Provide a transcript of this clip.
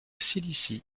cilicie